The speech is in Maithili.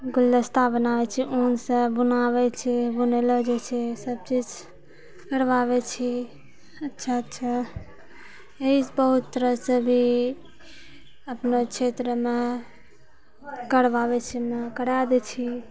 गुलदस्ता बनाबै छी ऊन सँ बुनाबै छी बुनैलो जाइ छै सबचीज करबाबै छी अच्छा अच्छा एही बहुत तरह से भी अपना क्षेत्र मे करबाबै छी कराए दै छी